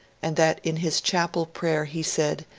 and that in his chapel prayer he said,